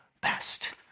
best